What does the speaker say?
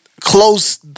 close